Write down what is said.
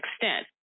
extent